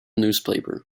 newspaper